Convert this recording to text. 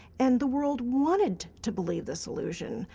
and the world wanted to believe this illusion,